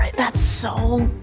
that's so.